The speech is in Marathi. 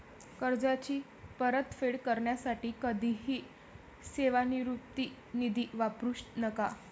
कर्जाची परतफेड करण्यासाठी कधीही सेवानिवृत्ती निधी वापरू नका